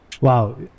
Wow